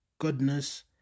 goodness